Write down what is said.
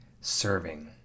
serving